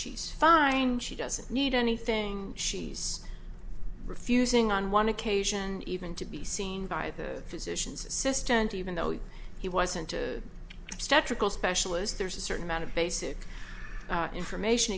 she's fine she doesn't need anything she's refusing on one occasion even to be seen by the physician's assistant even though he wasn't to statical specialist there's a certain amount of basic information